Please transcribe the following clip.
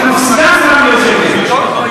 זה טוב,